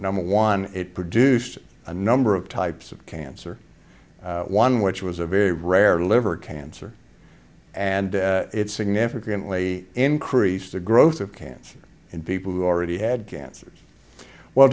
number one it produced a number of types of cancer one which was a very rare liver cancer and it's significantly increased the growth of cancer in people who already had cancer well